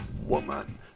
woman